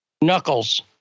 Knuckles